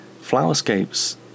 Flowerscapes